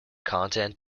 content